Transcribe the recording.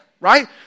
right